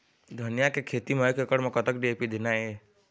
धनिया के खेती म एक एकड़ म कतक डी.ए.पी देना ये?